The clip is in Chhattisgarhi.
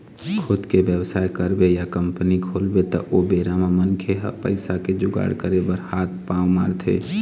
खुद के बेवसाय करबे या कंपनी खोलबे त ओ बेरा म मनखे ह पइसा के जुगाड़ करे बर हात पांव मारथे